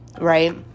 right